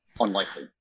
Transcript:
unlikely